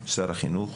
שר החינוך,